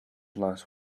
last